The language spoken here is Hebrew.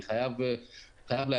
אני חייב להגיד,